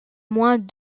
moins